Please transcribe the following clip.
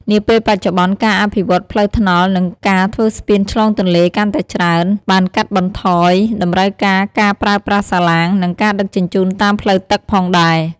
នាពេលបច្ចុប្បន្នការអភិវឌ្ឍន៍ផ្លូវថ្នល់ និងការធ្វើស្ពានឆ្លងទន្លេកាន់តែច្រើន បានកាត់បន្ថយតម្រូវការការប្រើប្រាស់សាឡាង និងការដឹកជញ្ជូនតាមផ្លូវទឹកផងដែរ។